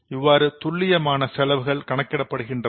இவ்வாறு துல்லியமான செலவுகள் கணக்கிடப்படுகின்றது